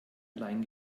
allein